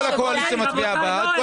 כל הקואליציה מצביעה בעד,